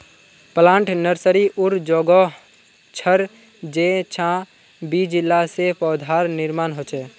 plant nursery उर जोगोह छर जेंछां बीज ला से पौधार निर्माण होछे